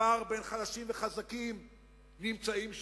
הפער בין חלשים לחזקים נמצאים שם,